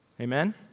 Amen